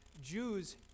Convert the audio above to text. Jews